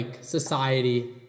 society